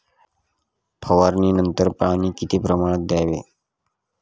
फवारणीनंतर पाणी किती प्रमाणात द्यावे?